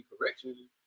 correction